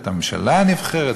הממשלה הנבחרת?